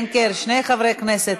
כן, שני חברי הכנסת,